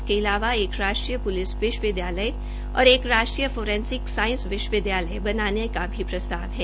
इसके अलावा एक राष्ट्रीय पुलिस विश्व विद्यालय और एक राष्ट्रीय फोरेंसिक साईस युनिवरसिटी बनाने का भी प्रस्ताव है